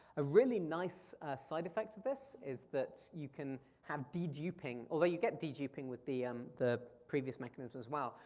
a really nice side effect of this is that you can have de-duping. although you get de-duping with the um the previous mechanism as well.